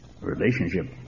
relationship